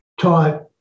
taught